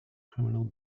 criminal